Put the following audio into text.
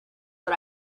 but